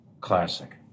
classic